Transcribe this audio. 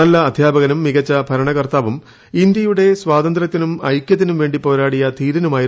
നല്ല അധ്യാപകനും മികച്ച ഭരണകർത്താവും ഇന്ത്യയുടെ സ്വാതന്ത്ര്യത്തിനും ഐക്യത്തിനും വേണ്ടി പോരാടിയ ധീരനുമായിരുന്നു ഡോ